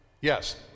Yes